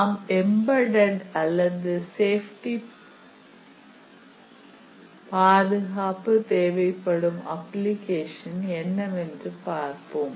நாம் எம்பெட்டெட் அல்லது சேஃப்டி பாதுகாப்பு தேவைப்படும் அப்ளிகேஷன் என்னவென்று பார்ப்போம்